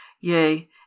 yea